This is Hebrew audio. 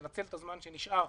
תנצל את הזמן שנשאר